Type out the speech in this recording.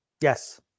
Yes